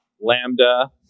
Lambda